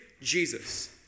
Jesus